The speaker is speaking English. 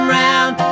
round